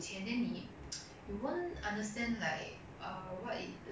of course if 你有钱你可以 like give back to society 这种东西 mah